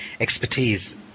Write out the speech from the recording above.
expertise